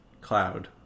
cloud